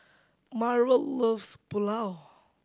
Marrol loves Pulao